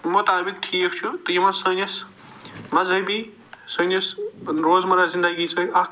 مطابق ٹھیٖک چھُ تہٕ یِمن سٲنِس مذہبی سٲنِس روزمررہ زنٛدگی سۭتۍ اکھ